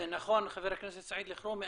זה נכון, חבר הכנסת סעיד אלחרומי.